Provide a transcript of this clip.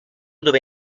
dove